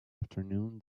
afternoon